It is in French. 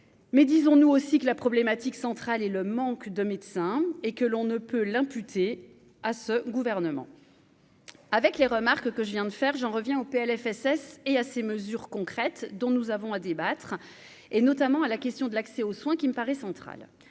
mais disons-nous aussi que la problématique centrale et le manque de médecins, et que l'on ne peut l'imputer à ce gouvernement avec les remarques que je viens de faire j'en reviens au PLFSS et à ces mesures concrètes dont nous avons à débattre et notamment à la question de l'accès aux soins, qui me paraît central,